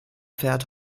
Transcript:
fährt